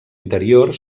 interior